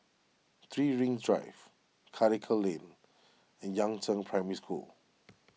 three Rings Drive Karikal Lane and Yangzheng Primary School